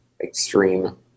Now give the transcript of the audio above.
extreme